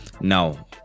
now